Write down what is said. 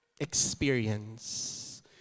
experience